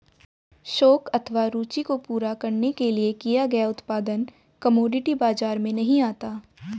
शौक अथवा रूचि को पूरा करने के लिए किया गया उत्पादन कमोडिटी बाजार में नहीं आता